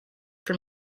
from